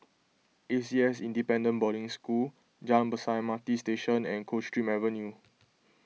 A C S Independent Boarding School Jalan Besar M R T Station and Coldstream Avenue